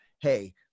hey